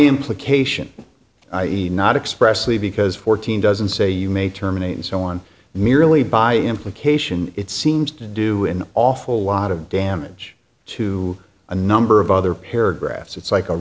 implication i e not expressly because fourteen doesn't say you may terminate and so on merely by implication it seems to do an awful lot of damage to a number of other paragraphs it's like a